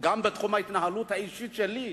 גם בתחום ההתנהלות האישית שלי.